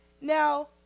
Now